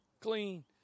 clean